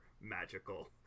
magical